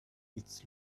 its